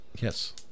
Yes